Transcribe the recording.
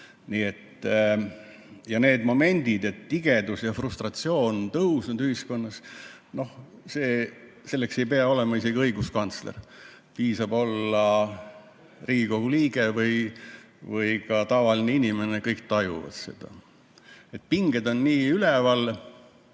Ja need momendid, et tigedus ja frustratsioon on tõusnud ühiskonnas – noh, selleks ei pea olema isegi õiguskantsler, piisab olla Riigikogu liige või ka tavaline inimene, kõik tajuvad seda. Pinged on nii üleval,